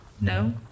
No